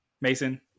Mason